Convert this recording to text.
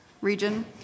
region